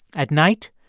at night,